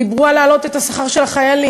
דיברו על להעלות את שכר החיילים.